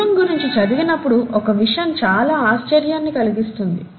జీవం గురించి చదివినప్పుడు ఒక విషయం చాలా ఆశ్చర్యం కలిగిస్తుంది